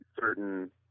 certain